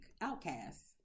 outcasts